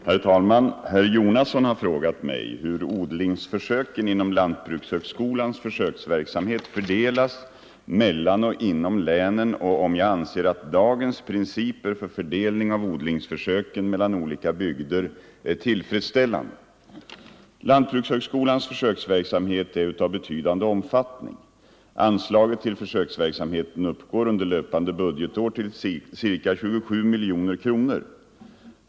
Herr talman! Herr Jonasson har frågat mig hur odlingsförsöken inom lantbrukshögskolans försöksverksamhet fördelas mellan och inom länen och om jag anser att dagens principer för fördelning av odlingsförsöken mellan olika bygder är tillfredsställande. Lantbrukshögskolans försöksverksamhet är av betydande omfattning. Anslaget till försöksverksamheten uppgår under löpande budgetår till ca 27 miljoner kronor.